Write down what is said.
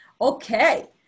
Okay